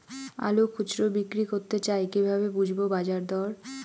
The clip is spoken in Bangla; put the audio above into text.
আলু খুচরো বিক্রি করতে চাই কিভাবে বুঝবো বাজার দর?